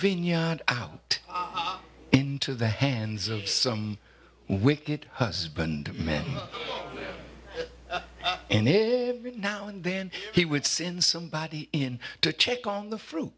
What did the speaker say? vineyard out into the hands of some wicked husband men and every now and then he would sin somebody in to check on the fruit